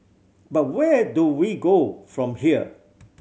but where do we go from here